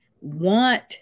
want